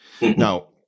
now